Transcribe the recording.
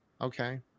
Okay